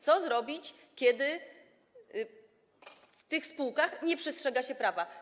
Co zrobić, kiedy w tych spółkach nie przestrzega się prawa?